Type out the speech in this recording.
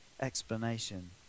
explanation